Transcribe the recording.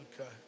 okay